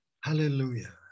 Hallelujah